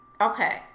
Okay